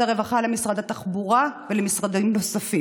הרווחה למשרד התחבורה ולמשרדים נוספים.